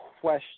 question